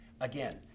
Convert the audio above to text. Again